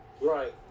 Right